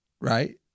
right